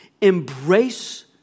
Embrace